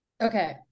okay